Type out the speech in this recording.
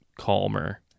calmer